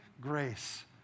grace